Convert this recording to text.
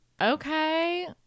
okay